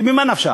כי ממה נפשך?